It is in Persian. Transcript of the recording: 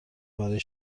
برای